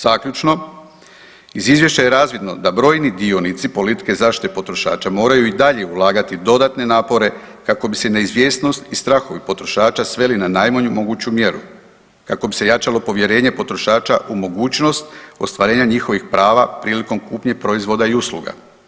Zaključno, iz Izvješća je razvidno da brojni dionici politike zaštite potrošača moraju i dalje ulagati dodatne napore kako bi se neizvjesnost i strahovi potrošača sveli na najmanju moguću mjeru, kako bi se jačalo povjerenje potrošača u mogućnost ostvarenja njihovih prava prilikom kupnje proizvoda i usluga.